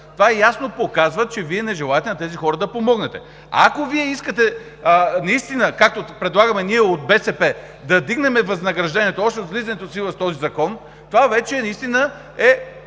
Това ясно показва, че Вие не желаете да помогнете на тези хора. Ако Вие искате наистина, както предлагаме ние от БСП, да вдигнем възнаграждението още от влизането в сила с този закон, това вече е наистина